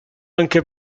anche